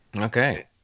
Okay